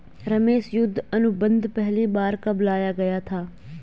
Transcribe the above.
रमेश युद्ध अनुबंध पहली बार कब लाया गया था?